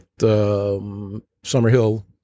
Summerhill